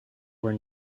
were